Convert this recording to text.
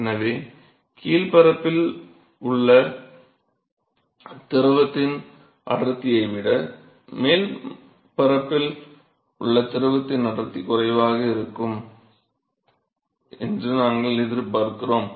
எனவே கீழ்பரப்பில் உள்ள திரவத்தின் அடர்த்தியை விட மேற்பரப்பில் உள்ள திரவத்தின் அடர்த்தி குறைவாக இருக்கும் என்று நாங்கள் எதிர்பார்க்கிறோம்